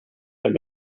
det